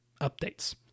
updates